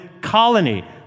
colony